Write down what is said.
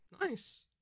Nice